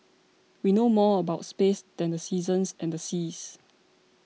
we know more about space than the seasons and the seas